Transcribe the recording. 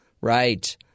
right